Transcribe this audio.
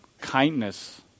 kindness